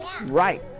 Right